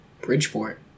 Bridgeport